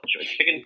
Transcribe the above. chicken